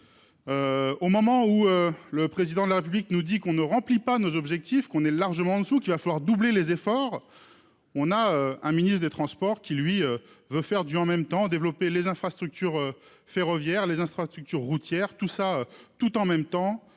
Au moment où le président de la République nous dit qu'on ne remplit pas nos objectifs qu'on est largement en dessous, qu'il va falloir doubler les efforts. On a un ministre des transports qui lui veut faire du en même temps développer les infrastructures ferroviaires, les infrastructures routières tout ça tout en même temps.